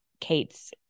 Kate's